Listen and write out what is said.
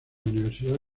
universidad